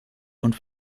und